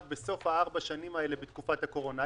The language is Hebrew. בסוף ארבע השנים האלה בתקופת הקורונה.